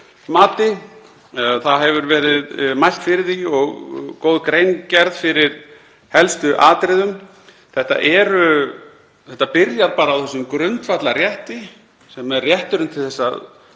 Það hefur verið mælt fyrir því og góð grein gerð fyrir helstu atriðum. Þetta byrjar bara á þessum grundvallarrétti sem er rétturinn til að